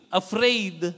afraid